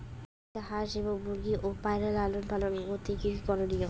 বাড়িতে হাঁস এবং মুরগি ও পায়রা লালন পালন করতে কী কী করণীয়?